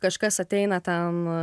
kažkas ateina ten